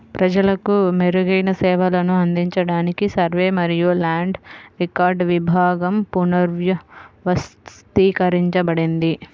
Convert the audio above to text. ప్రజలకు మెరుగైన సేవలను అందించడానికి సర్వే మరియు ల్యాండ్ రికార్డ్స్ విభాగం పునర్వ్యవస్థీకరించబడింది